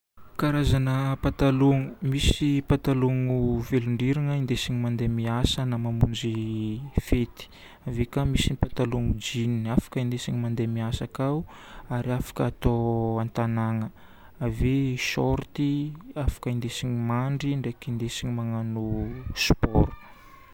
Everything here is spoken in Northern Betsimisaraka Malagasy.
Karazagna patalomo. Misy patalomo velon-drirana indesigna mandeha miasa na mamonjy fety. Ave ka misy ny patalomo jeans afaka indesigna mandeha miasa kao ary afaka atao an-tanagna. Ave short, afaka indesigna mandry ndraiky indesigna magnano sport.